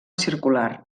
circular